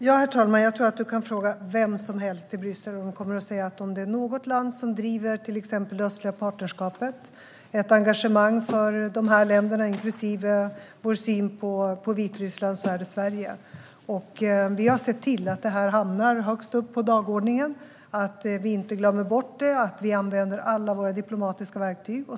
Herr talman! Jag tror att Christian Holm Barenfeld kan fråga vem som helst i Bryssel, och de kommer att säga att om det är något land som driver till exempel frågor om det östliga partnerskapet och har ett engagemang för dessa länder, inklusive synen på Vitryssland, är det Sverige. Vi har sett till att dessa frågor hamnar högst upp på dagordningen, att vi inte glömmer bort dem och att vi använder alla våra diplomatiska verktyg.